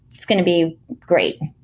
it's going to be great.